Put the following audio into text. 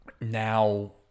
now